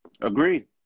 Agreed